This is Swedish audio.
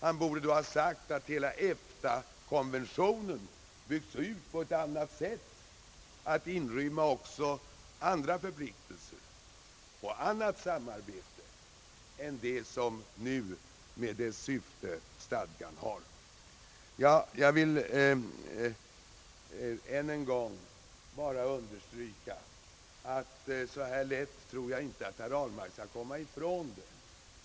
Han borde i stället ha sagt att EFTA-konventionen skulle ha utformats på ett annat sätt, att den skulle inrymma också andra förpliktelser och ett annat samarbete än vad stadgan nu innehåller. Jag vill än en gång understryka att så här lätt tror jag inte att herr Ahlmark skall komma ifrån det hela.